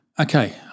Okay